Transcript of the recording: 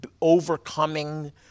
overcoming